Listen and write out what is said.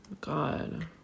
God